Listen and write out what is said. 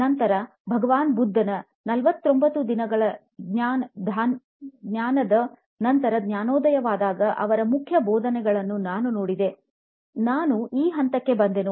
ನಂತರ ಭಗವಾನ್ ಬುದ್ಧನ 49 ದಿನಗಳ ಧ್ಯಾನದ ನಂತರ ಜ್ಞಾನೋದಯವಾದಾಗ ಅವರ ಮುಖ್ಯ ಬೋಧನೆಗಳನ್ನು ನಾನು ನೋಡಿದೆ ನಾನು ಈ ಹಂತಕ್ಕೆ ಬಂದೆನು